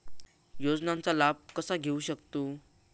योजनांचा लाभ कसा घेऊ शकतू?